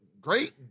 great